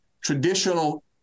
traditional